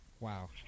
Wow